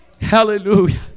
Hallelujah